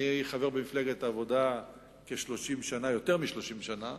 אני חבר במפלגת העבודה יותר מ-30 שנה,